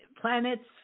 planets